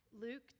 Luke